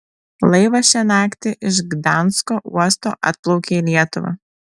laivas šią naktį iš gdansko uosto atplaukė į lietuvą